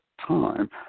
time